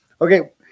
Okay